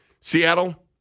Seattle